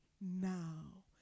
now